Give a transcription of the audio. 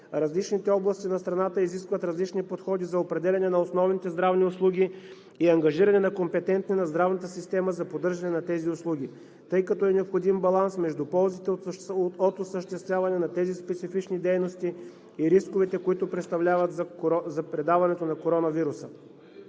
Различните области на страната изискват различни подходи за определяне на основните здравни услуги и ангажиране на компетентни на здравната система за поддържане на тези услуги, тъй като е необходим баланс между ползите от осъществяване на тези специфични дейности и рисковете, които представляват за предаването на коронавируса.